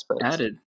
added